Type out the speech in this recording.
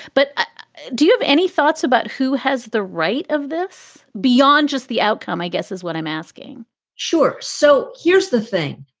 but do you have any thoughts about who has the right of this beyond just the outcome, i guess, is what i'm asking sure. so here's the thing.